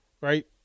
right